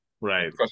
Right